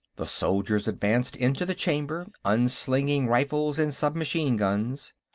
the soldiers advanced into the chamber, unslinging rifles and submachine guns.